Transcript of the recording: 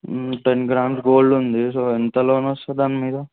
ten grams gold ఉంది so ఎంత loan వస్తుంది దాని మీద